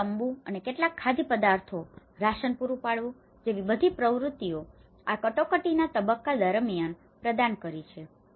તેઓએ તંબુ અને કેટલાક ખાદ્યપદાર્થો રાશન પૂરું પાડવું જેવી બધી પ્રવૃત્તિઓ આ કટોકટીના તબક્કા દરમિયાન પ્રદાન કરી છે